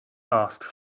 asked